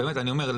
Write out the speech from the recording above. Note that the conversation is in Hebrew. באמת אני אומר,